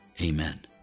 Amen